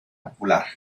popular